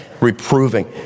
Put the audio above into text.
reproving